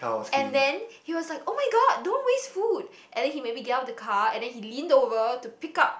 and then he was like [oh]-my-god don't waste food and then he maybe get out of the car and then he lean over to pick out